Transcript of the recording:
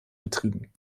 betrieben